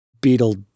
Beetle